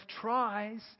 tries